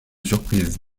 surprise